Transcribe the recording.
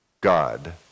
God